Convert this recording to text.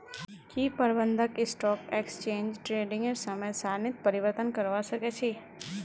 की प्रबंधक stock exchange ट्रेडिंगेर समय सारणीत परिवर्तन करवा सके छी